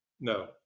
No